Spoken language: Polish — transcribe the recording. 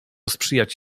sprzyjać